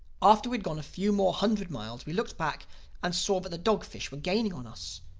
after we had gone a few more hundred miles we looked back and saw that the dog-fish were gaining on us.